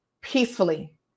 peacefully